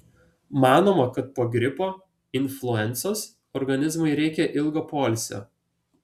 manoma kad po gripo influencos organizmui reikia ilgo poilsio